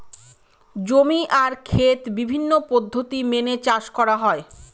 জমি আর খেত বিভিন্ন পদ্ধতি মেনে চাষ করা হয়